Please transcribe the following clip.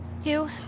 Two